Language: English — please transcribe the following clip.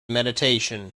meditation